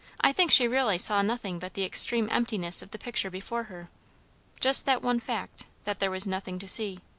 i think she really saw nothing but the extreme emptiness of the picture before her just that one fact, that there was nothing to see.